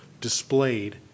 displayed